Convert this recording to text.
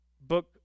book